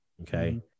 okay